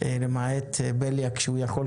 הטענה היתה שלמערכת הבריאות יש שיטות